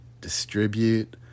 distribute